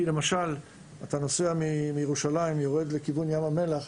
למשל, אם אתה נוסע מירושלים לכיוון ים המלח,